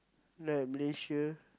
like Malaysia